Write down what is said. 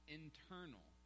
internal